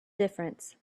difference